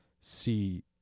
see